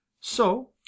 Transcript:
So